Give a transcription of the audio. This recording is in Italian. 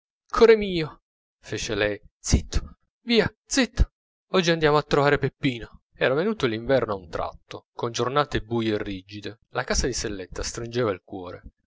core mio fece lei zitto via zitto oggi andiamo a trovare peppino era venuto l'inverno a un tratto con giornate buie e rigide la casa di selletta stringeva il cuore